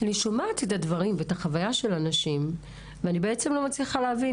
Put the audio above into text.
אני שומעת את החוויה של הנשים כאן ולא מצליחה להבין